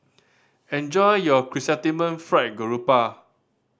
enjoy your Chrysanthemum Fried Garoupa